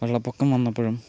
വെള്ളപ്പൊക്കം വന്നപ്പോഴും